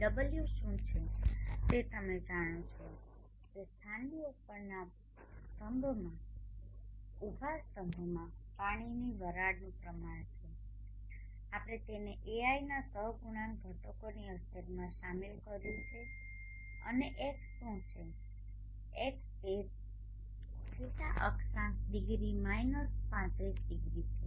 w શુ છે તે તમે જાણો છો તે સ્થાનની ઉપરના ઉભા સ્તંભમાં પાણીની વરાળનુ પ્રમાણ છે આપણે તેને aiના સહગુણાંક ઘટકોની અસરોમાં શામેલ કર્યું છે અને x શું છે x એ φ અક્ષાંશ ડિગ્રી માઈનસ 35 ડિગ્રી છે